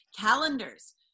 calendars